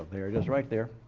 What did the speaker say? there it is right there.